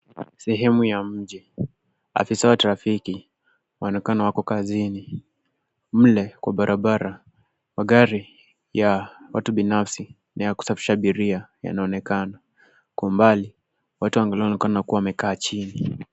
Sehemu ya mji, afisa wa trafiki waonekana wako kazini mle kwa barabara magari ya watu binafsi na ya kusafirisha abiria yanaonekana watu wakiangaliwa wakiwa wamekaa chini.